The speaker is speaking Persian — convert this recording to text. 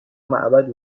معبد